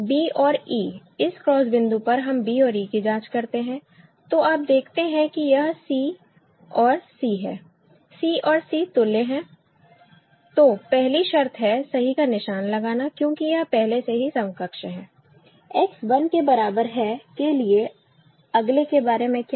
b और e इस cross बिंदु पर हम b और e की जांच करते हैं तो आप देखते हैं कि यह c और c है c और c तुल्य हैं तो पहली शर्त है सही का निशान लगाना क्योंकि यह पहले से ही समकक्ष है X 1 के बराबर है के लिए अगले के बारे में क्या